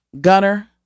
Gunner